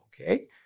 Okay